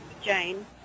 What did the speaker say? Jane